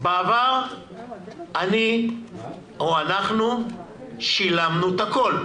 בעבר אנחנו שילמנו את הכול.